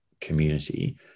community